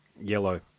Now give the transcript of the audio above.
yellow